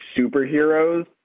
superheroes